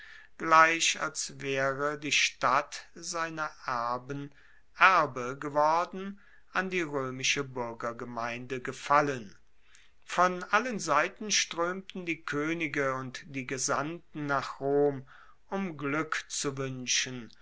gleich als waere die stadt seiner erben erbe geworden an die roemische buergergemeinde gefallen von allen seiten stroemten die koenige und die gesandten nach rom um glueck zu wuenschen